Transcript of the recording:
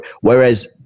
Whereas